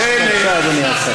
בבקשה, אדוני השר.